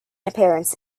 appearance